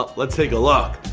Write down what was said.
ah let's take a look.